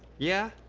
yeah.